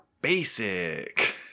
basic